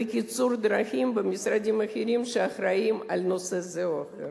וקיצור דרכים במשרדים אחרים שאחראים לנושא זה או אחר.